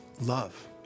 Love